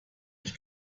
ich